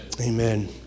Amen